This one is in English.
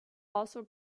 also